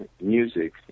music